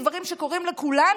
דברים שקורים לכולנו,